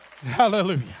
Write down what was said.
Hallelujah